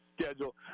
schedule